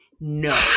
no